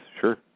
Sure